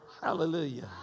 Hallelujah